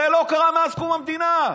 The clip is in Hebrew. זה לא קרה מאז קום המדינה.